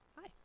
Hi